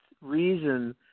reason